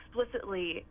explicitly